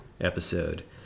episode